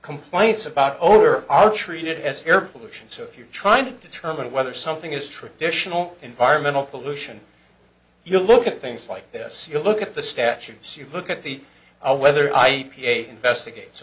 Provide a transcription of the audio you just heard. complaints about odor are treated as air pollution so if you're trying to determine whether something is traditional environmental pollution you look at things like this you look at the statutes you look at the whether i p a investigates